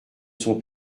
son